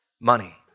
money